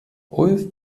ulf